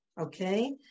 Okay